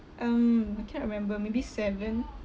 um I can't remember maybe seven